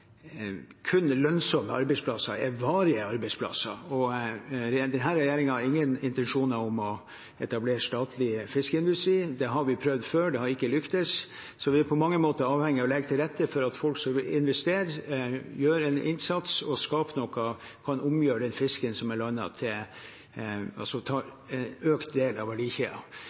kun lønnsomme arbeidsplasser er varige arbeidsplasser, og denne regjeringen har ingen intensjoner om å etablere statlig fiskeindustri. Det har vi prøvd før, og det har ikke lyktes, så vi er på mange måter avhengige av å legge til rette for at folk som vil investere, gjøre en innsats og skape noe, kan omgjøre den fisken som er landet, altså ta en økt del av